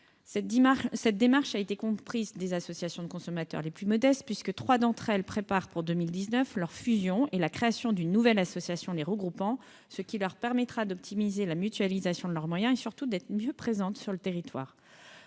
Cette démarche a été comprise des associations de consommateurs les plus modestes, puisque trois d'entre elles préparent pour 2019 leur fusion et la création d'une nouvelle association les regroupant, ce qui leur permettra d'optimiser la mutualisation de leurs moyens et, surtout, d'améliorer leur présence sur le territoire.